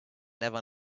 never